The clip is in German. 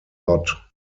lot